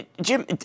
Jim